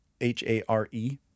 H-A-R-E